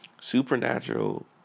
Supernatural